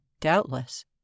doubtless